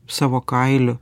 savo kailiu